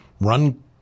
run